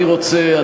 אני רוצה,